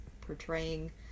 portraying